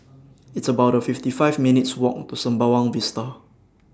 It's about fifty five minutes' Walk to Sembawang Vista